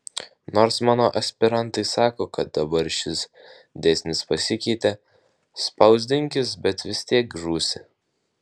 nors mano aspirantai sako kad dabar šis dėsnis pasikeitė spausdinkis bet vis tiek žūsi